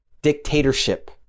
dictatorship